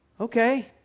Okay